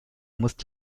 musst